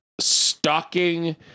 stalking